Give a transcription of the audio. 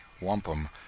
Wampum